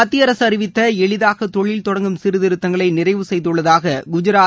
மத்திய அரசு அறிவித்த எளிதாக தொழில் தொடங்கும் சீர்திருத்தங்களை நிறைவு செய்துள்ளதாக குஐாத்